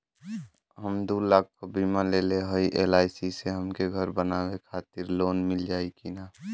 हम दूलाख क बीमा लेले हई एल.आई.सी से हमके घर बनवावे खातिर लोन मिल जाई कि ना?